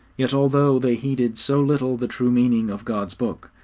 yet although they heeded so little the true meaning of god's book,